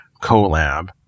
collab